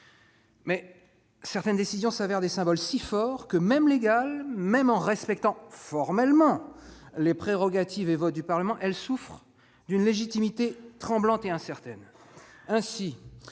Mais certaines décisions s'avèrent des symboles si forts que, même légales, même en respectant formellement les prérogatives et votes du Parlement, elles souffrent d'une légitimité tremblante et incertaine.